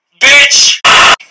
bitch